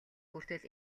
хүртэл